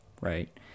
right